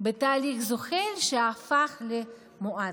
בתהליך זוחל שהפך למואץ.